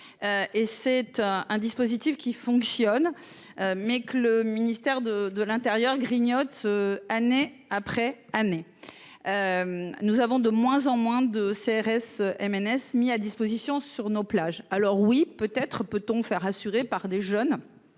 et cette un dispositif qui fonctionne, mais que le ministère de l'Intérieur grignote, année après année, nous avons de moins en moins de CRS MNS mis à disposition sur nos plages, alors oui, peut être, peut-on faire assurer par des jeunes,